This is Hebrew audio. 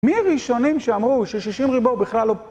מי הראשונים שאמרו ששישים ריבו בכלל לא...